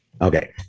Okay